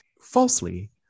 falsely